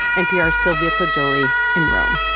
npr's sylvia poggioli in rome